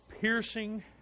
piercing